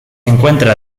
encuentra